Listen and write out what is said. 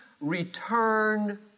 return